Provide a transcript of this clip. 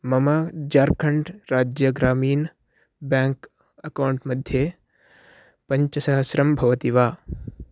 मम झार्खण्ड् राज्य Gramin bank account मध्ये पञ्च सहस्रं भवति वा